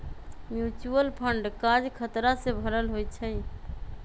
mutual fund काज़ खतरा से भरल होइ छइ